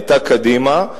היה קדימה.